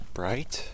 bright